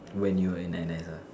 when you are in N_S